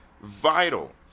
vital